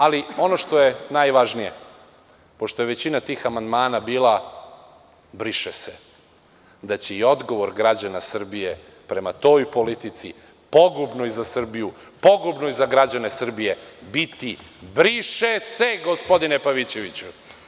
Ali, ono što je najvažnije, pošto je većina tih amandmana bila „briše se“, jeste to da će odgovor građana Srbije prema toj politici, pogubnoj za Srbiju, pogubnoj za građane Srbije, biti – briše se, gospodine Pavićeviću.